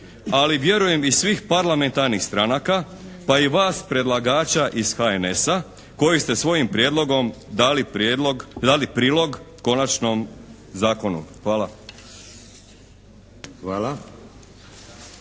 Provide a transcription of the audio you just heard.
ali vjerujem i svih parlamentarnih stranaka pa i vas predlagača iz HNS-a koji ste svojim prijedlogom dali prilog konačnom zakonu. Hvala.